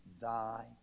thy